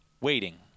waiting